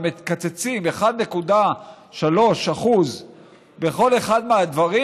ומקצצים 1.3% בכל אחד מהדברים,